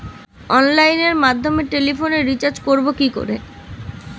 অনলাইনের মাধ্যমে টেলিফোনে রিচার্জ করব কি করে?